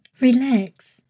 relax